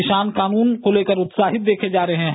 किसान कानून को लेकर उत्साहित देखे जा रहे हैं